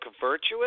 virtuous